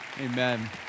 Amen